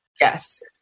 yes